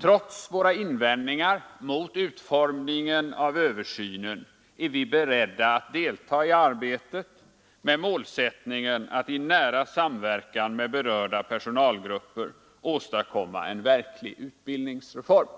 Trots våra invändningar mot utformningen av översynen är vi beredda att delta i arbetet med målsättningen att i nära samverkan med berörda personalgrupper åstadkomma en verklig utbildningsreform.”